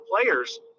players